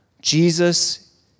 Jesus